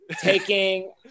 taking